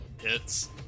Hits